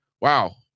wow